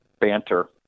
banter